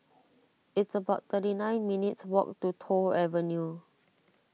it's about thirty nine minutes' walk to Toh Avenue